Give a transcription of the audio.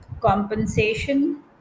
compensation